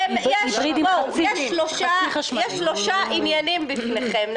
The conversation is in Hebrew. יש שלושה עניינים בפניכם.